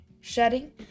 shedding